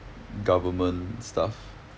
government stuff